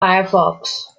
firefox